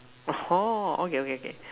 orh okay okay okay